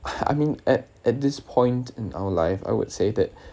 I mean at at this point in our life I would say that